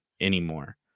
anymore